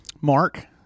Mark